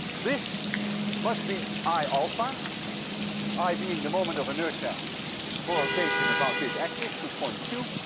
this must be i alpha, i being the moment of inertia for rotation about this axis through point q,